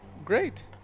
Great